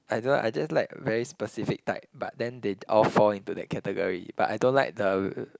I don't like I just like very specific type but then they all fall into that category but I don't like the